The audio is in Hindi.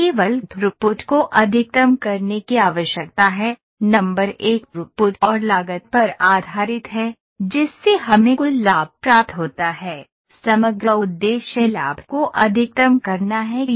हमें केवल थ्रूपुट को अधिकतम करने की आवश्यकता है नंबर 1 थ्रूपुट और लागत पर आधारित है जिससे हमें कुल लाभ प्राप्त होता है समग्र उद्देश्य लाभ को अधिकतम करना है